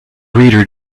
reader